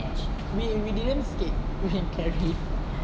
we we didn't skate we carry